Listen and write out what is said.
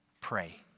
pray